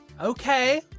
Okay